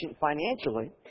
financially